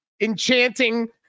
enchanting